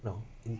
no in~